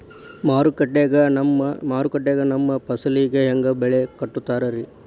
ಮಾರುಕಟ್ಟೆ ಗ ನಮ್ಮ ಫಸಲಿಗೆ ಹೆಂಗ್ ಬೆಲೆ ಕಟ್ಟುತ್ತಾರ ರಿ?